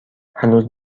هنوز